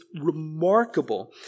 remarkable